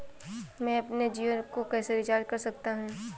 मैं अपने जियो को कैसे रिचार्ज कर सकता हूँ?